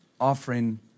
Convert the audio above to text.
offering